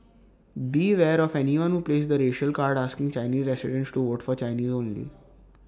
beware of anyone who plays the racial card asking Chinese residents to vote for Chinese only